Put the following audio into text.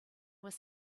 was